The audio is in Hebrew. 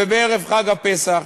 ובערב חג הפסח,